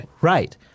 Right